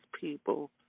people